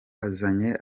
azanye